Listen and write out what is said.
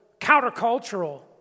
countercultural